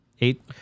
eight